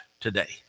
today